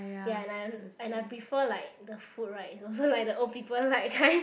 ya and I and I prefer like the food right is also like the old people like kind